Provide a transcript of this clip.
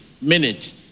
minute